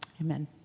Amen